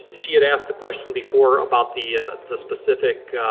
she had asked the question before about the the specific